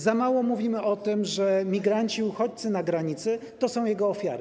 Za mało mówimy o tym, że migranci i uchodźcy na granicy to są jego ofiary.